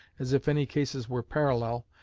as if any cases were parallel,